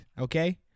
okay